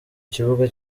kibuga